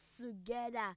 together